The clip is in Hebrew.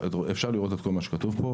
אפשר לראות את כל מה שכתוב בשקף.